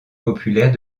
populaire